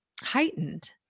heightened